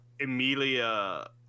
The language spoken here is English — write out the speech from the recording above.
Emilia